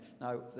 Now